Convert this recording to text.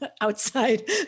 outside